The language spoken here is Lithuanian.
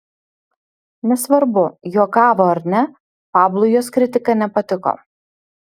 nesvarbu juokavo ar ne pablui jos kritika nepatiko